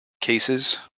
cases